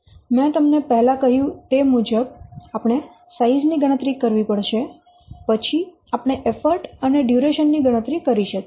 તેથી મેં તમને પહેલા કહ્યું તે મુજબ આપણે સાઈઝ ની ગણતરી કરવી પડશે પછી આપણે એફર્ટ અને ડ્યુરેશન ની ગણતરી કરી શકીએ